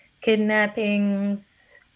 kidnappings